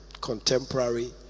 contemporary